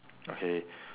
okay